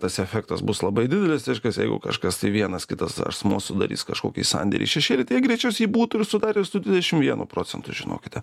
tas efektas bus labai didelis reiškias jeigu kažkas tai vienas kitas asmuo sudarys kažkokį sandėrį šešėlį tai jie greičiausiai būtų jį sudarę ir su dvidešim vienu procentu žinokite